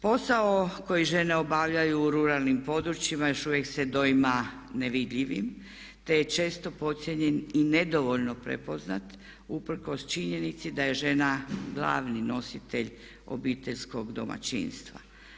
Posao koji žene obavljaju u ruralnim područjima još uvijek se doima nevidljivim, te je često podcijenjen i nedovoljno prepoznat usprkos činjenici da je žena glavni nositelj obiteljskog domaćinstva.